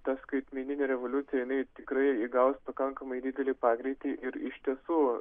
ta skaitmeninė revoliucija tikrai įgaus pakankamai didelį pagreitį ir iš tiesų